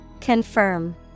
Confirm